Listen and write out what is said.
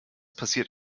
passiert